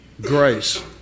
grace